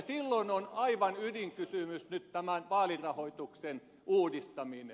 silloin on aivan ydinkysymys tämä vaalirahoituksen uudistaminen